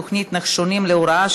בתוכנית "נחשונים להוראה",